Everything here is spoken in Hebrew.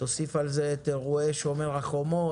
תוסיף על זה את אירועי "שומר החומות"